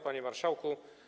Panie Marszałku!